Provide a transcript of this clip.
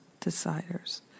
deciders